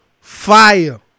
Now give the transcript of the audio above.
fire